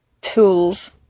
tools